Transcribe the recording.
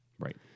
Right